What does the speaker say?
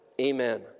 Amen